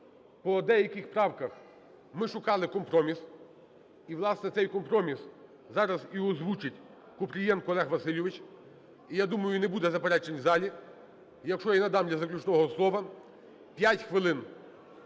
По деяких правках ми шукали компроміс, і, власне, цей компроміс зараз і озвучитьКупрієнко Олег Васильович. І я думаю, не буде заперечень в залі, якщо я надам для заключного слова 5 хвилин